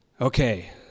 Okay